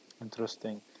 Interesting